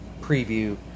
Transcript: preview